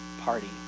party